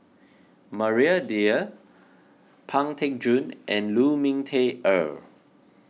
Maria Dyer Pang Teck Joon and Lu Ming Teh Earl